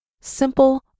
simple